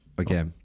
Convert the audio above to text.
Okay